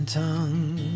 tongue